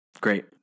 Great